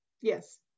Yes